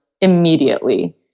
immediately